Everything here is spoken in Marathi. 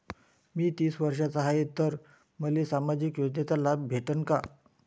मी तीस वर्षाचा हाय तर मले सामाजिक योजनेचा लाभ भेटन का?